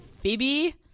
Phoebe